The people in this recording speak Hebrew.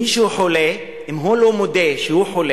מי שהוא חולה, אם הוא לא מודה שהוא חולה